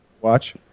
watch